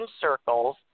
circles